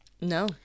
No